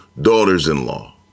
daughters-in-law